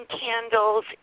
candles